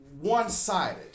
one-sided